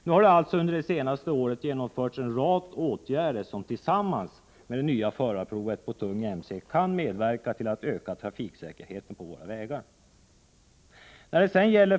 Nu har det alltså under det senaste året genomförts en rad åtgärder som tillsammans med det nya förarprovet på tung mc kan medverka till att öka trafiksäkerheten på våra vägar.